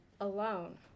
alone